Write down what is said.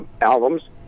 albums